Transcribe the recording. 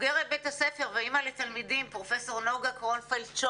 בוגרת בית הספר ואמא תלמידים פרופ' נגה קרונפלד-שור,